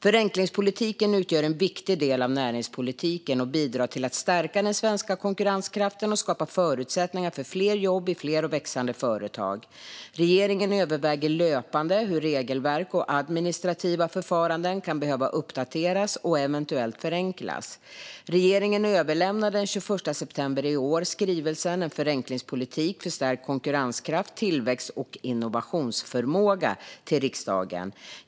Förenklingspolitiken utgör en viktig del av näringspolitiken och bidrar till att stärka den svenska konkurrenskraften och skapa förutsättningar för fler jobb i fler och växande företag. Regeringen överväger löpande hur regelverk och administrativa förfaranden kan behöva uppdateras och eventuellt förenklas. Regeringen överlämnade den 21 september i år skrivelsen En förenklingspolitik för stärkt konkurrenskraft, tillväxt och innovation till riksdagen.